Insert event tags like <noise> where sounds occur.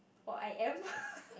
or I am <laughs>